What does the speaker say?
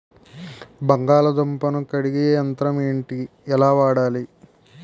బంగాళదుంప ను కడిగే యంత్రం ఏంటి? ఎలా వాడాలి?